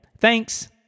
Thanks